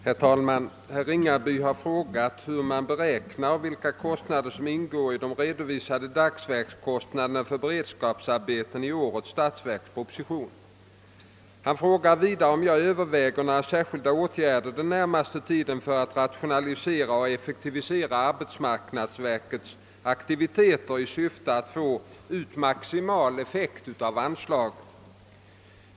Herr talman! Herr Ringaby har frågat hur man beräknar och vilka kostnader som ingår i de redovisade dagsverkskostnaderna för beredskapsarbeten i årets statsverkproposition. Han frågar vidare om jag överväger några särskilda åtgärder den närmaste tiden för att rationalisera och effektivisera arbetsmarknadsverkets aktiviteter i syfte att få ut maximal effekt av anslagen.